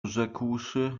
rzekłszy